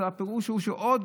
הפירוש הוא שיש גם